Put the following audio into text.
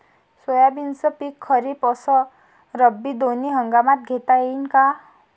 सोयाबीनचं पिक खरीप अस रब्बी दोनी हंगामात घेता येईन का?